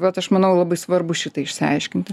vat aš manau labai svarbu šitą išsiaiškinti